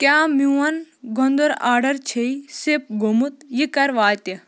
کیٛاہ میون گۄنٛدُر آڈَر چھے سِپ گوٚمُت یہِ کَر واتہِ